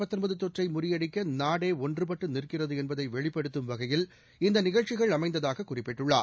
ராம்நாத் தொற்றைமுறியடிக்கநாடேஷன்றுபட்டுநிற்கிறதுஎன்பதைவெளிப்படுத்தும் வகையில் இந்தநிகழ்ச்சிகள் அமைந்ததாககுறிப்பிட்டுள்ளார்